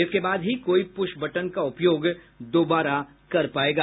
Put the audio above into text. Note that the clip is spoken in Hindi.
इसके बाद ही कोई पुश बटन का उपयोग दोबारा कर पायेगा